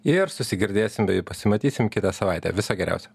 ir susigirdėsim bei pasimatysim kitą savaitę viso geriausio